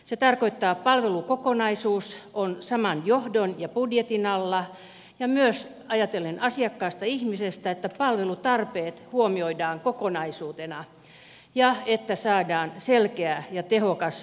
se tarkoittaa että palvelukokonaisuus on saman johdon ja budjetin alla ja myös ajatellen asiakkaasta ihmisestä että palvelutarpeet huomioidaan kokonaisuutena ja että saadaan selkeä ja tehokas hallinto